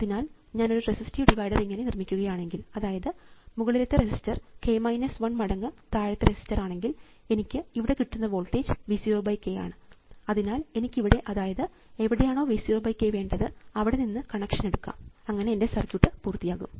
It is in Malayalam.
അതിനാൽ ഞാനൊരു റസിസ്റ്റീവ് ഡിവൈഡർ ഇങ്ങനെ നിർമിക്കുകയാണെങ്കിൽ അതായത് മുകളിലത്തെ റെസിസ്റ്റർ k 1 മടങ്ങ് താഴെത്തെ റെസിസ്റ്റർ എങ്കിൽ എനിക്ക് ഇവിടെ കിട്ടുന്ന വോൾട്ടേജ് V 0 k ആണ് അതിനാൽ എനിക്ക് ഇവിടെ അതായത് എവിടെയാണോ V 0 k വേണ്ടത് അവിടെനിന്ന് കണക്ഷൻ എടുക്കാം അങ്ങനെ എൻറെ സർക്യൂട്ട് പൂർത്തിയാകും